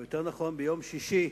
או יותר נכון ביום שישי,